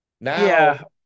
Now